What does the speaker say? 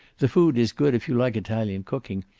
the food is good, if you like italian cooking.